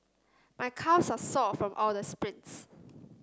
my calves are sore from all the sprints